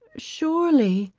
surely,